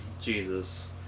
Jesus